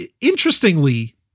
interestingly